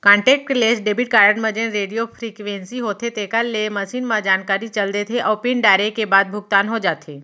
contactless debit card म जेन radio frequency होथे तेकर ले मसीन म जानकारी चल देथे अउ पिन डारे के बाद भुगतान हो जाथे